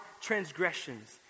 transgressions